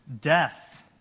death